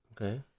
Okay